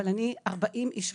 אבל אני ראיינתי 40 איש